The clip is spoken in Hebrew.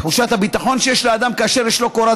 תחושת הביטחון שיש לאדם כאשר יש לו קורת